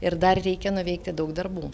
ir dar reikia nuveikti daug darbų